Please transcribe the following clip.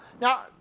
Now